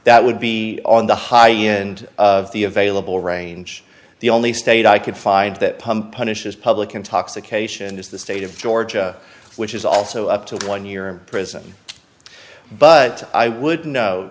that would be on the high end of the available range the only state i could find that pump punishes public intoxication is the state of georgia which is also up to one year in prison but i would